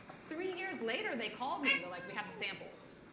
three years later, they called me, and they're like, we have the samples.